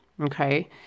Okay